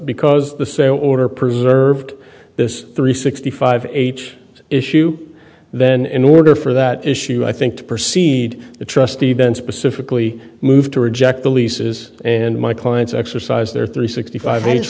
because the say order preserved this three sixty five age issue then in order for that issue i think to proceed the trustee then specifically move to reject the leases and my clients exercise their three sixty five